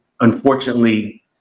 unfortunately